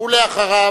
ואחריו,